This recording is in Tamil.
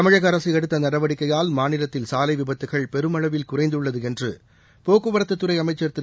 தமிழக அரசு எடுத்த நடவடிக்கையால் மாநிலத்தில் சாலை விபத்துக்கள் பெருமளவில் குறைந்துள்ளது என்று போக்குவரத்துத் துறை அமைச்சர் திரு